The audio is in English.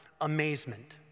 amazement